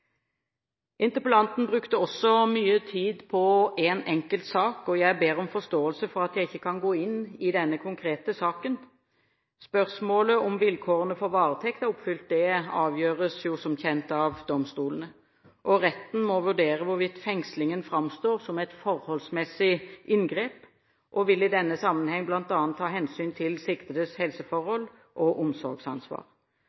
Interpellanten brukte også mye tid på en enkeltsak, og jeg ber om forståelse for at jeg ikke kan gå inn i denne konkrete saken. Spørsmålet om vilkårene for varetekt er oppfylt, avgjøres jo som kjent av domstolene. Retten må vurdere hvorvidt fengslingen framstår som et forholdsmessig inngrep, og vil i denne sammenheng bl.a. ta hensyn til siktedes